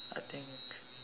I think